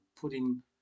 putting